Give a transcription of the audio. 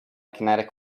kinetic